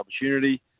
opportunity